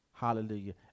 Hallelujah